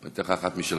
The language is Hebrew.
אני אתן לך אחת משלך.